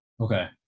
Okay